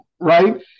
Right